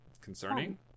Concerning